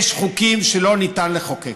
יש חוקים שלא ניתן לחוקק.